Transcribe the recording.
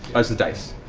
it's the dice.